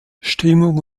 stimmung